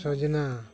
ᱥᱚᱡᱽᱱᱟ